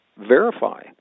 verify